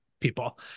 people